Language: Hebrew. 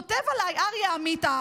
כותב עליי אריה עמית,